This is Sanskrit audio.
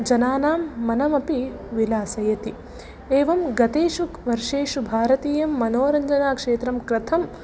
जनानां मनमपि विलासयति एवं गतेषु वर्षेषु भारतीयं मनोरञ्जनक्षेत्रं कथं